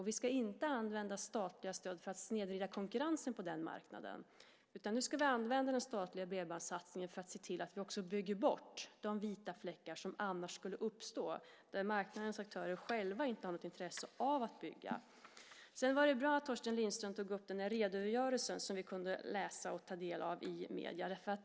Vi ska inte använda statliga stöd för att snedvrida konkurrensen på den marknaden. Vi ska använda den statliga bredbandssatsningen för att se till att vi bygger bort de vita fläckar som annars skulle uppstå där marknadens aktörer själva inte har något intresse av att bygga. Det var bra att Torsten Lindström tog upp redogörelsen som vi kunde läsa och ta del av i medierna.